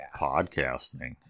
podcasting